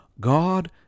God